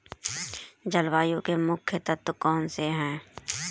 जलवायु के मुख्य तत्व कौनसे हैं?